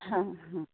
हा हा